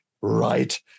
right